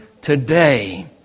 today